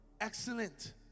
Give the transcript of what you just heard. excellent